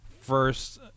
first